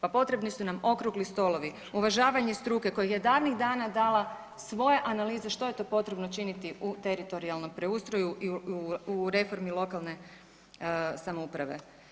Pa potrebni su nam okrugli stolovi, uvažavanje struke kojih je davnih dana dala svoje analize što je to potrebno činiti u teritorijalnom preustroju i u reformi lokalne samouprave.